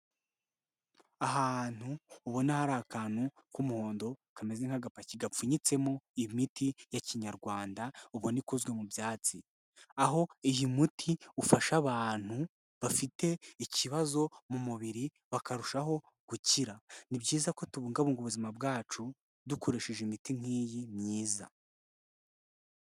Ahantu ubona hari akantu k'umuhondo kameze nk'agapaki gapfunyitsemo imiti ya kinyarwanda ubona ikozwe mu byatsi, aho uyu muti ufasha abantu bafite ikibazo mu mubiri bakarushaho gukira, ni byiza ko tubungabunga ubuzima bwacu dukoresheje imiti nk'iyi myiza.